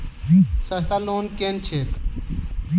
सस्ता लोन केँ छैक